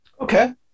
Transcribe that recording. Okay